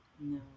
No